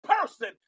person